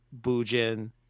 Bujin